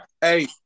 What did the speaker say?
hey